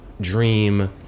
dream